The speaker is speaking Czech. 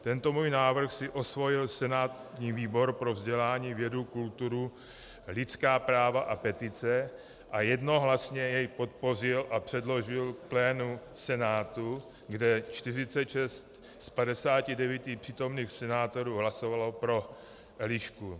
Tento můj návrh si osvojil senátní výbor pro vzdělání, vědu, kulturu, lidská práva a petice a jednohlasně jej podpořil a předložil plénu Senátu, kde 46 z 59 přítomných senátorů hlasovalo pro Elišku.